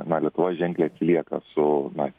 ar ne lietuva ženkliai atsilieka su na